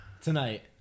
Tonight